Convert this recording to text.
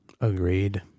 Agreed